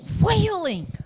wailing